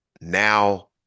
now